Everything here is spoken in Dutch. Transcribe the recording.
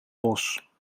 bos